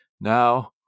Now